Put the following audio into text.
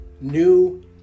new